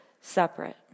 separate